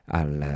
al